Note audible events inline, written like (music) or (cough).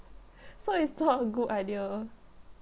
(laughs) so it's not a good idea